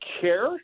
care